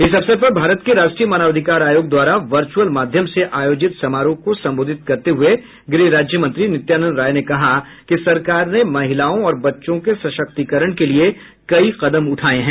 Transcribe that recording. इस अवसर पर भारत के राष्ट्रीय मानवाधिकार आयोग द्वारा वर्चुअल माध्यम से आयोजित समारोह को संबोधित करते हुए गृह राज्य मंत्री नित्यानंद राय ने कहा कि सरकार ने महिलाओं और बच्चों के सशक्तिकरण के लिए कई कदम उठाए हैं